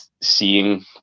seeing